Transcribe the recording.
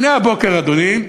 הנה הבוקר, אדוני,